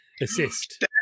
assist